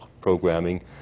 programming